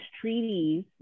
treaties